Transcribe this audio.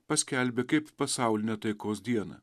paskelbė kaip pasaulinę taikos dieną